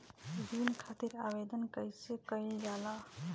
ऋण खातिर आवेदन कैसे कयील जाला?